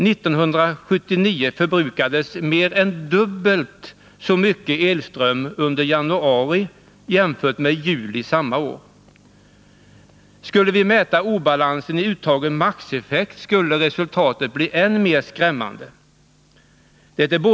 1979 förbrukades mer än dubbelt så mycket i elström under januari jämfört med förbrukningen under juli samma år. Skulle vi mäta obalansen i uttagen maximieffekt, skulle resultatet bli än mer skrämmande.